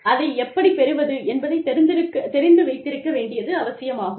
அதை எப்படிப் பெறுவது என்பதைத் தெரிந்து வைத்திருக்க வேண்டியது அவசியமாகும்